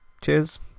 Cheers